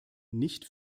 nicht